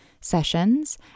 sessions